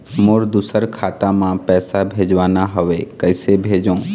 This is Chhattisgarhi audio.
मोर दुसर खाता मा पैसा भेजवाना हवे, कइसे भेजों?